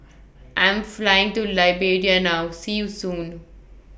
I'm Flying to Liberia now See YOU Soon